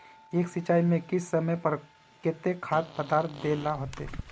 एक सिंचाई में किस समय पर केते खाद पदार्थ दे ला होते?